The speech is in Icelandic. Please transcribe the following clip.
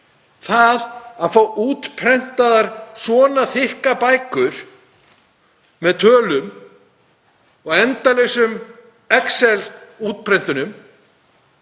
Það að fá útprentaðar svona þykkar bækur með tölum og endalausum excel-útprentunum